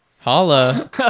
Holla